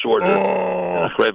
shorter